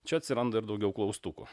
čia atsiranda ir daugiau klaustukų